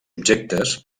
objectes